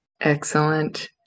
Excellent